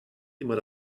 immer